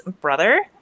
brother